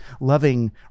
loving